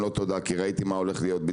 'לא תודה' כשראיתי מה הולך להיות פה,